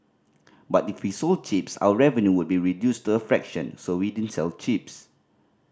but if we sold chips our revenue would be reduced to a fraction so we didn't sell chips